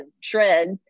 shreds